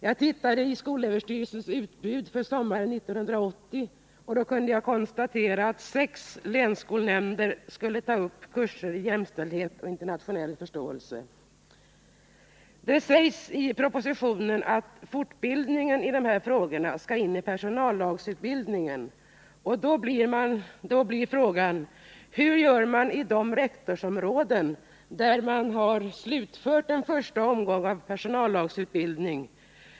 Jag tittade i skolöverstyrelsens kursutbud för sommaren 1980. Jag kunde då konstatera att sex länsskolnämnder skall ta upp kurser i jämställdhet och internationell förståelse. rektorsområden där man har slutfört en första omgång av personallagsutbildning?